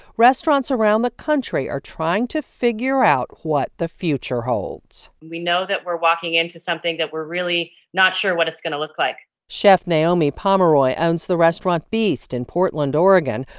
restaurants around the country are trying to figure out what the future holds we know that we're walking into something that we're really not sure what it's going to look like chef naomi pomeroy owns the restaurant beast in portland, ore,